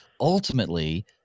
ultimately